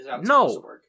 No